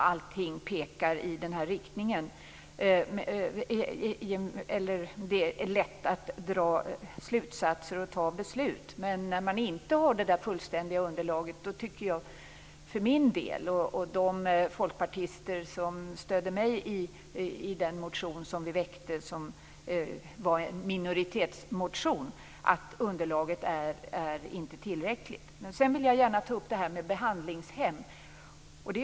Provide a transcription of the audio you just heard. Fru talman! Till det sista vill jag säga att vi är irriterade över att det går långsamt när kunskapsunderlag och allting gör det lätt att dra slutsatser och ta beslut. Men jag och de folkpartister som stödde mig i den motion som vi väckte, som var en minoritetsmotion, tycker att underlaget i den här propositionen inte är tillräckligt. Sedan vill jag gärna ta upp frågan om behandlingshemmen.